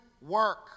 work